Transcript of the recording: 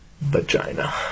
Vagina